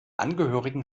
angehörigen